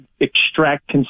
extract